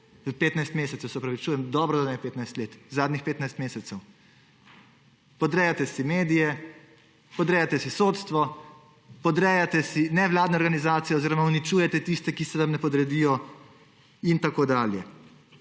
mesecev, se opravičujem, dobro, da ne petnajst let, zadnjih petnajst mesecev. Podrejate si medije, podrejate si sodstvo, podrejate si nevladne organizacije oziroma uničujete tiste, ki se vam ne podredijo, in tako dalje.